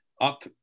Up